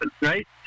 right